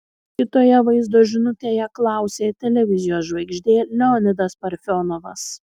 kitoje vaizdo žinutėje klausė televizijos žvaigždė leonidas parfionovas